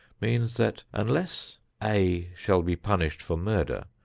means that unless a shall be punished for murder,